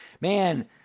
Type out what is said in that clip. man